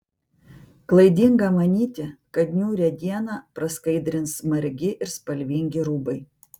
klaidinga manyti kad niūrią dieną praskaidrins margi ir spalvingi rūbai